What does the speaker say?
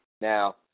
Now